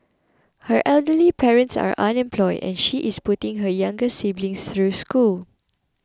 her elderly parents are unemployed and she is putting her younger siblings through school